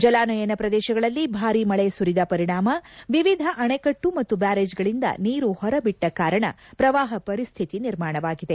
ಜಲನಯನ ಪ್ರದೇಶಗಳಲ್ಲಿ ಭಾರಿ ಮಳೆ ಸುರಿದ ಪರಿಣಾಮ ವಿವಿಧ ಅಣೆಕಟ್ಟು ಮತ್ತು ಬ್ಡಾರೇಜ್ಗಳಿಂದ ನೀರು ಹೊರಬಿಟ್ಟ ಕಾರಣ ಪ್ರವಾಪ ಪರಿಶ್ಥಿತಿ ನಿರ್ಮಾಣವಾಗಿದೆ